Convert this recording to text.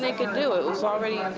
they could do. it was already